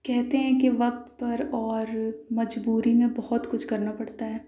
کہتے ہیں کہ وقت پر اور مجبوری میں بہت کچھ کرنا پڑتا ہے